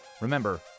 remember